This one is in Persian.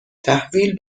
تحویل